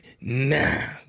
now